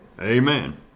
Amen